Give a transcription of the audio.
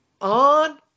On